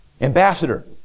ambassador